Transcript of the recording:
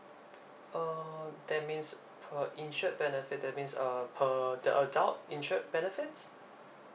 uh that means per insured benefit that means uh per the adult insured benefits